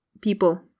people